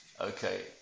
Okay